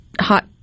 hot